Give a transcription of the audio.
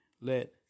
let